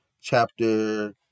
chapter